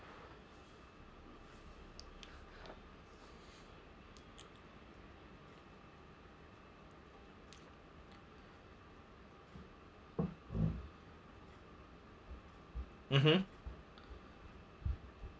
mmhmm